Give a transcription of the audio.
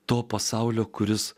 to pasaulio kuris